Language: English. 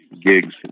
gigs